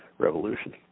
revolution